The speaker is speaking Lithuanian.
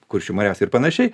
kuršių marias ir panašiai